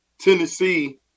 Tennessee